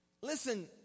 Listen